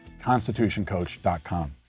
Constitutioncoach.com